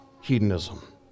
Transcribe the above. hedonism